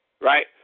Right